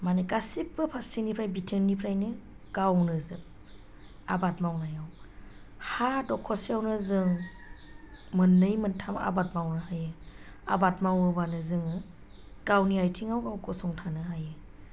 माने गासैबो फारसेनिफ्राय बिथिंनिफ्रायनो गावनोजोब आबाद मावनायाव हा दखरसेयावनो जों मोननै मोनथाम आबाद मावनो हायो आबाद मावोबानो जोङो गावनि आथिङाव गाव गसंथानो हायो